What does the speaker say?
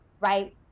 right